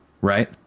Right